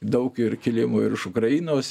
daug ir kilimų ir iš ukrainos